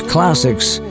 Classics